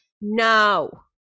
No